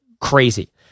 crazy